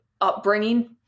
upbringing